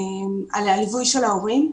על הליווי של ההורים,